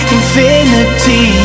infinity